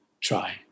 try